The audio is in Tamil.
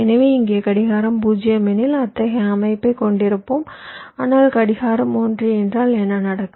எனவே இங்கே கடிகாரம் 0 எனில் அத்தகைய அமைப்பைக் கொண்டிருப்போம் ஆனால் கடிகாரம் 1 என்றால் என்ன நடக்கும்